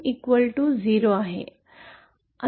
ते 𝜞in 0 आहे